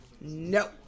No